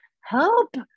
help